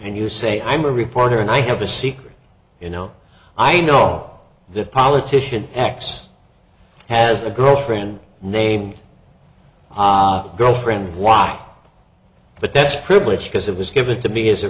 and you say i'm a reporter and i have a secret you know i know are the politician x has a girlfriend named girlfriend why but that's privilege because it was given to be as a